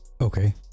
Okay